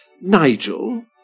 Nigel